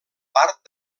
part